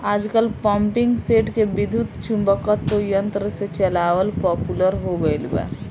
आजकल पम्पींगसेट के विद्युत्चुम्बकत्व यंत्र से चलावल पॉपुलर हो गईल बा